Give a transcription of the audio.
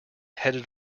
headed